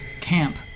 camp